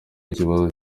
ikibazo